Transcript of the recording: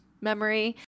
memory